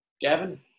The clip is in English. Gavin